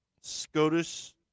SCOTUS